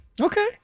Okay